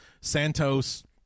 Santos